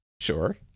sure